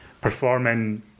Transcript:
performing